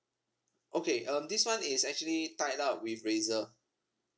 okay um this one is actually tied up with razer